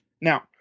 Now